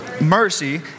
Mercy